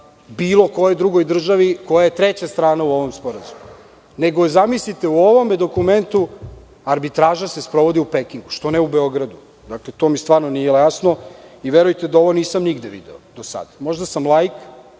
bilo kojoj državi koja je treća strana u ovom sporazumu? Zamislite, u ovom dokumentu arbitraža se sprovodi u Pekingu. Što ne u Beogradu? To mi stvarno nije jasno i verujte da ovo nigde nisam video do sada. Možda sam laik,